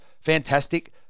fantastic